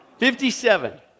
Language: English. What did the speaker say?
57